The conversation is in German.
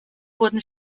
wurden